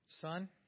son